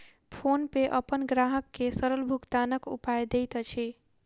PhonePe अपन ग्राहक के सरल भुगतानक उपाय दैत अछि